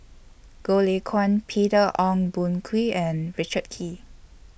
Goh Lay Kuan Peter Ong Boon Kwee and Richard Kee